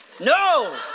No